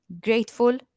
grateful